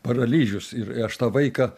paralyžius ir aš tą vaiką